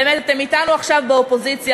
באמת אתם אתנו עכשיו באופוזיציה,